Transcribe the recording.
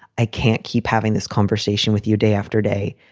i can't keep having this conversation with you day after day.